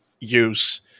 use